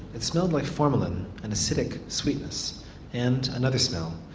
it smelt like formalin, an acidic sweetness and another smell.